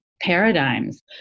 paradigms